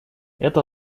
это